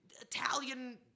Italian